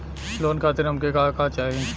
Loan खातीर हमके का का चाही?